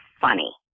funny